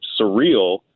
surreal